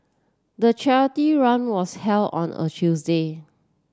the charity run was held on a Tuesday